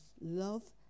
love